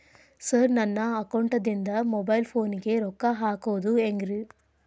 Sir ನನ್ನ ಅಕೌಂಟದಿಂದ mobile ಫೋನಿಗೆ ರೊಕ್ಕ ಹಾಕೋದು ಹೆಂಗ್ರಿ?